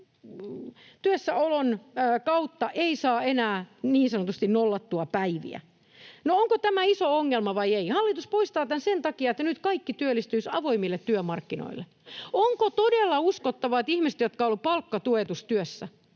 että työssäolon kautta ei saa enää niin sanotusti nollattua päiviä. No, onko tämä iso ongelma vai ei? Hallitus poistaa tämän sen takia, että nyt kaikki työllistyisivät avoimille työmarkkinoille. Onko todella uskottava, että ihmiset, jotka ovat olleet palkkatuetussa työssä,